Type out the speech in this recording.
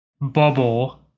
bubble